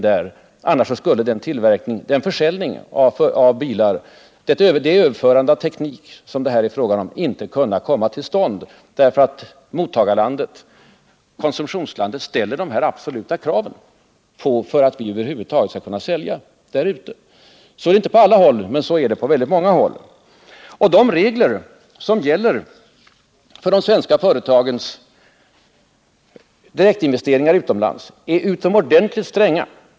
Den tillverkning, den försäljning av bilar, det överförande av teknik som det här är fråga om skulle annars inte komma till stånd eftersom konsumtionslandet ofta ställer absoluta krav på att produktionen skall ske just där för att vi över huvud taget skall få sälja där. Så är det inte på alla håll, men så är det på väldigt många håll. De svenska regler som gäller för de svenska företagens direktinvesteringar utomlands är utomordentligt stränga.